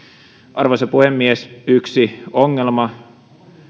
arvoisa puhemies yksi ongelma